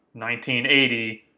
1980